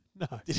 No